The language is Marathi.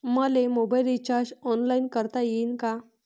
मले मोबाईल रिचार्ज ऑनलाईन करता येईन का?